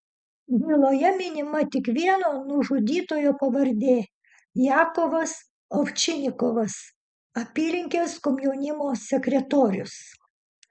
byloje minima tik vieno nužudytojo pavardė jakovas ovčinikovas apylinkės komjaunimo sekretorius